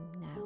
now